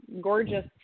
gorgeous